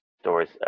stories